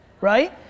right